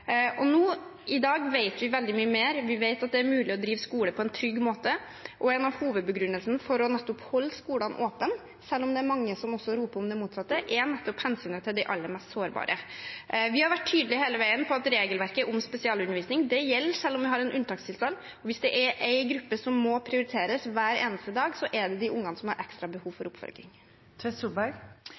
Nå i dag vet vi veldig mye mer. Vi vet at det er mulig å drive skole på en trygg måte, og en av hovedbegrunnelsene for nettopp å holde skolene åpne, selv om det er mange som roper om det motsatte, er nettopp hensynet til de aller mest sårbare. Vi har hele veien vært tydelige på at regelverket om spesialundervisning gjelder selv om vi har en unntakstilstand, og hvis det er en gruppe som må prioriteres hver eneste dag, er det de ungene som har ekstra behov for oppfølging. Torstein Tvedt Solberg